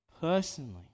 personally